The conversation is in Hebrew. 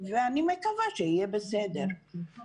ואני מקווה שיהיה בסדר.